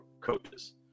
coaches